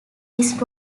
his